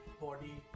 body